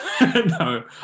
No